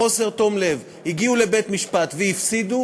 בחוסר תום לב הגיעו לבית-משפט והפסידו,